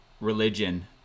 religion